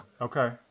Okay